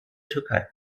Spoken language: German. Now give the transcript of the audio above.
türkei